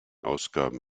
ausgaben